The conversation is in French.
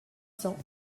cents